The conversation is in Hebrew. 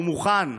הוא מוכן.